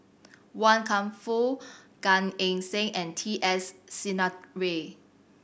Wan Kam Fook Gan Eng Seng and T S Sinnathuray